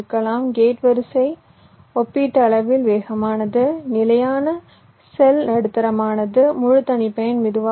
gate வரிசை ஒப்பீட்டளவில் வேகமானது நிலையான செல் நடுத்தரமானது முழு தனிப்பயன் மெதுவாக உள்ளது